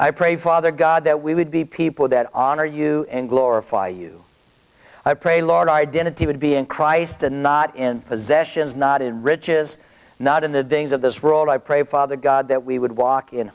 i pray father god that we would be people that honor you and glorify you i pray lord identity would be in christ and not in possessions not in riches not in the things of this role i pray father god that we would walk in